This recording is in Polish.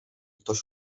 ktoś